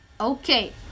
Okay